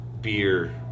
beer